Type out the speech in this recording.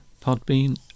Podbean